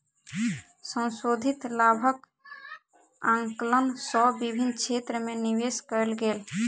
संशोधित लाभक आंकलन सँ विभिन्न क्षेत्र में निवेश कयल गेल